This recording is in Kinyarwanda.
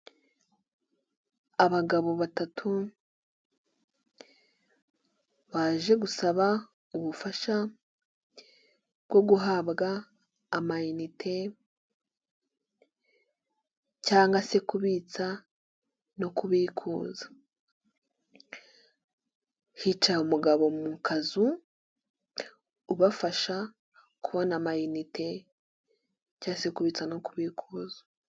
Abagabo batatu baje gusaba ubufasha bwo guhabwa amayinite cyangwa se kubitsa no kubikuza, hicaye umugabo ubafasha kubikuza.